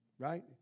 Right